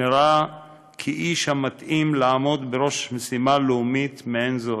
נראה האיש המתאים לעמוד בראש משימה לאומית מעין זו.